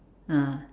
ah